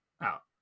out